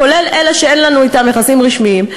כולל אלה שאין לנו אתן יחסים רשמיים,